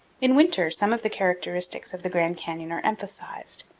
in winter some of the characteristics of the grand canyon are emphasized.